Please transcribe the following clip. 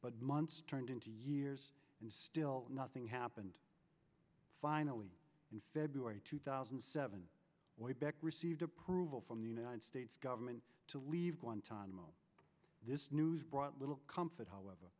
but months turned into years and still nothing happened finally in february two thousand and seven way back received approval from the united states government to leave guantanamo this news brought little comfort however